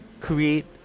create